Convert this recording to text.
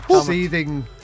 seething